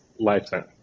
Lifetime